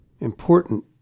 important